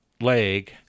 leg